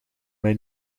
mij